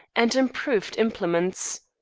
and improved implements.